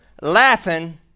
laughing